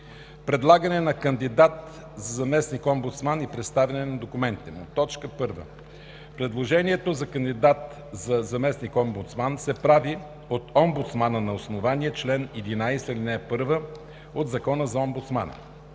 Предлагане на кандидат за заместник-омбудсман и представяне на документите му 1. Предложението за кандидат за заместник-омбудсман се прави от омбудсмана на основание чл. 11, ал. 1 от Закона за омбудсмана.